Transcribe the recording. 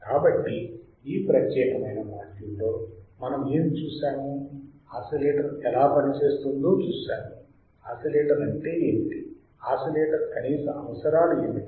కాబట్టి ఈ ప్రత్యేకమైన మాడ్యూల్లో మనం ఏమి చూశాము ఆసిలేటర్ ఎలా పనిచేస్తుందో చూశాము ఆసిలేటర్ అంటే ఏమిటి ఆసిలేటర్ కనీస అవసరాలు ఏమిటి